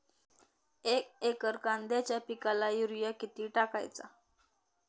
एक एकर कांद्याच्या पिकाला युरिया किती टाकायचा?